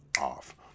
off